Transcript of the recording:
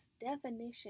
definition